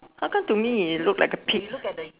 how come to me it look like a pig